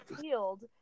field